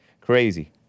Crazy